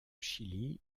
chili